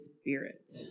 spirit